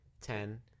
Ten